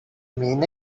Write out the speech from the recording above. mean